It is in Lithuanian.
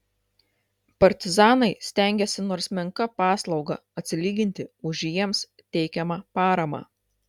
partizanai stengėsi nors menka paslauga atsilyginti už jiems teikiamą paramą